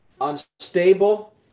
unstable